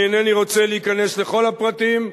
אני אינני רוצה להיכנס לכל הפרטים,